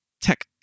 tech